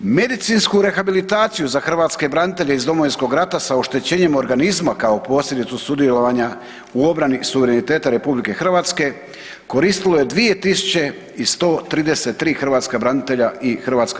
Medicinsku rehabilitaciju za hrvatske branitelje iz Domovinskog rata sa oštećenjem organizma kao posljedicu sudjelovanja u obrani suvereniteta RH koristilo je 2.133 hrvatska branitelja i HRVI.